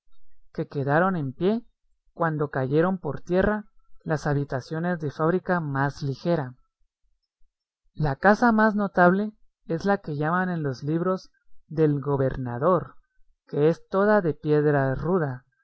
que quedaron en pie cuando cayeron por tierra las habitaciones de fábrica más ligera la casa más notable es la que llaman en los libros del gobernador que es toda de piedra ruda